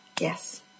Yes